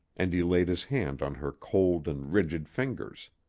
and he laid his hand on her cold and rigid fingers,